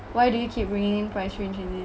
why do you keep bringing in price range